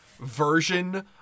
version